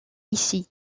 ici